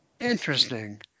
Interesting